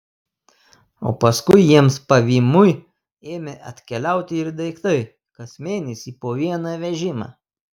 o paskui jiems pavymui ėmė atkeliauti ir daiktai kas mėnesį po vieną vežimą